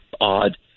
odd